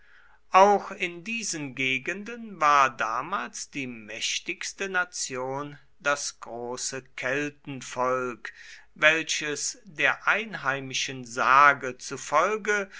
auch in diesen gegenden war damals die mächtigste nation das große keltenvolk welches der einheimischen sage zufolge